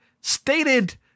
stated